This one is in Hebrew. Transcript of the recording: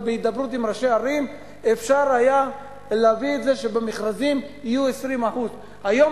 בהידברות עם ראשי ערים אפשר היה להביא את זה שבמכרזים יהיו 20%. היום